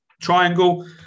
Triangle